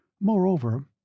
Moreover